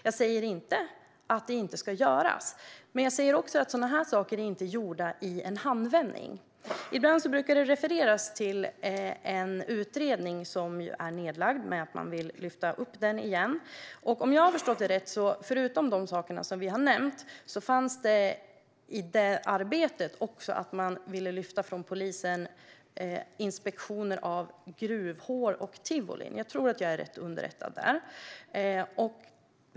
Jag säger inte att detta inte ska göras, men jag säger också att sådana saker inte är gjorda i en handvändning. Ibland brukar det refereras till att en nedlagd utredning ska tas upp igen. Om jag har förstått Roger Haddad rätt är det, förutom de saker vi har nämnt fanns med i det arbetet, fråga om att lyfta bort från polisen inspektioner av gruvhål och tivolin. Jag tror att jag är rätt underrättad på den punkten.